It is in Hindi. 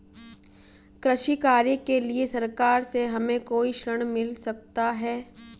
कृषि कार्य के लिए सरकार से हमें कोई ऋण मिल सकता है?